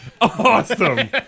Awesome